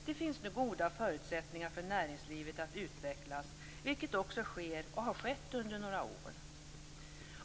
Det finns nu goda förutsättningar för näringslivet att utvecklas, vilket också sker och har skett under några år.